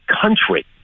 country